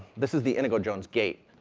this is the inigo jones gate,